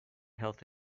health